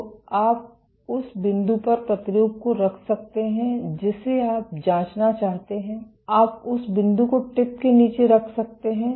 तो आप उस बिंदु पर प्रतिरूप को रख सकते हैं जिसे आप जांचना चाहते हैं आप उस बिंदु को टिप के नीचे रख सकते हैं